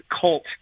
cult